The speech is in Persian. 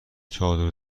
چادر